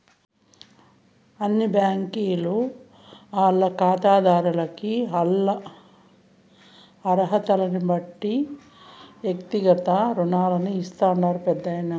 అన్ని బ్యాంకీలు ఆల్ల కాతాదార్లకి ఆల్ల అరహతల్నిబట్టి ఎక్తిగత రుణాలు ఇస్తాండాయి పెద్దాయనా